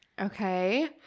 Okay